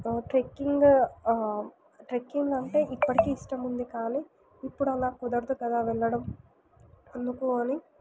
trekking trekking అంటే ఇప్పటికీ ఇష్టముంది కానీ ఇప్పుడు అలా కుదరదు కదా వెళ్ళడం అందుకు అని